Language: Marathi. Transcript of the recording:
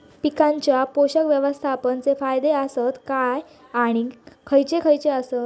पीकांच्या पोषक व्यवस्थापन चे फायदे आसत काय आणि खैयचे खैयचे आसत?